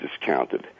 discounted